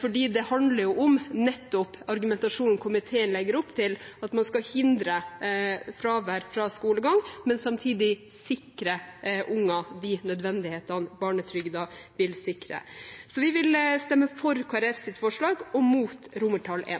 fordi det handler om argumentasjonen som komiteen legger opp til, at man skal hindre fravær fra skolegang, men samtidig sikre unger de nødvendighetene barnetrygden skal gi. Vi vil stemme for Kristelig Folkepartis forslag og mot I. Foreldre kan i